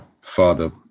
father